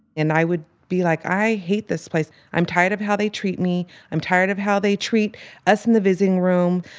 and i would be like, i hate this place. i'm tired of how they treat me. i'm tired of how they treat us in the visiting room.